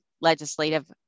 legislative